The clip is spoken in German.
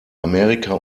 amerika